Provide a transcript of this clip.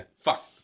Fuck